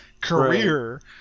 career